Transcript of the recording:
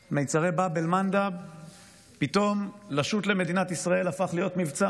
במצרי באב אל-מנדב פתאום לשוט למדינת ישראל הפך להיות מבצע,